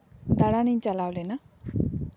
ᱫᱟᱬᱟᱱᱤᱧ ᱪᱟᱞᱟᱣ ᱞᱮᱱᱟ